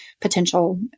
potential